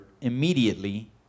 immediately